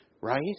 Right